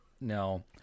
no